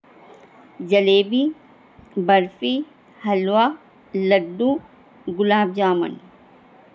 jalebi barfi halwa laddu gulab jamun